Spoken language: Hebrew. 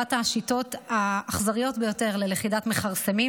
שמלכודות דבק הן אחת השיטות האכזריות ביותר ללכידת מכרסמים.